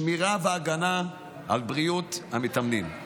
שמירה והגנה על בריאות המתאמנים,